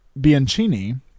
Bianchini